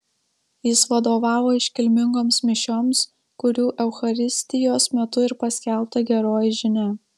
jis vadovavo iškilmingoms mišioms kurių eucharistijos metu ir paskelbta geroji žinia